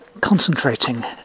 concentrating